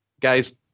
guys